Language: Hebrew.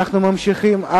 אנחנו ממשיכים.